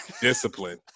Discipline